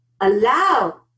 allow